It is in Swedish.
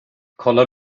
kollar